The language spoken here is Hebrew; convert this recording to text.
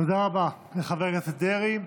תודה רבה לחבר הכנסת דרעי.